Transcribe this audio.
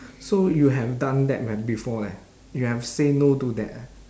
so you have done that when before eh you have say no to that eh